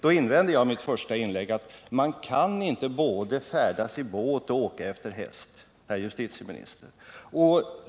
Jag invände i mitt första inlägg, herr justitieminister, att man inte kan både färdas i båt och åka efter häst på en gång.